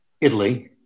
italy